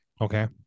Okay